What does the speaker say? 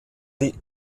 die